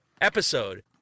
episode